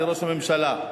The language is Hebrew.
לראש הממשלה,